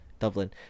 Dublin